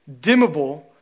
dimmable